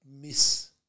miss